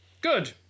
good